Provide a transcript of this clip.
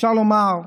אפשר לומר,